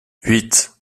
huit